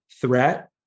Threat